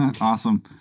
Awesome